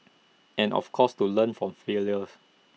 and of course to learn from failure